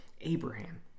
Abraham